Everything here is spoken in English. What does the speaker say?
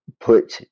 put